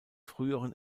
früheren